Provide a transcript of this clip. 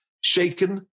Shaken